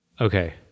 okay